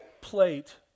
plate